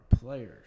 players